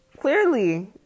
clearly